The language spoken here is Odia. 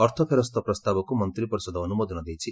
ଅର୍ଥ ଫେରସ୍ତ ପ୍ରସ୍ତାବକୁ ମନ୍ତୀପରିଷଦ ଅନୁମୋଦନ ଦେଇଛି